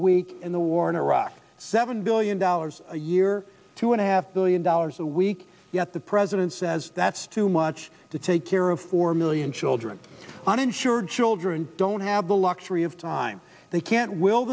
week in the war in iraq seven billion dollars a year two and a half billion dollars a week yet the president says that's too much to take care of four million children uninsured children don't have the luxury of time they can't will